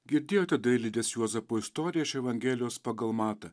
girdėjote dailidės juozapo istoriją iš evangelijos pagal matą